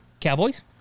Cowboys